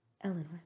Eleanor